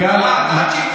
הישג